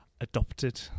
adopted